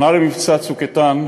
שנה למבצע "צוק איתן",